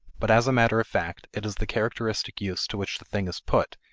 but as matter of fact, it is the characteristic use to which the thing is put,